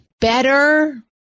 Better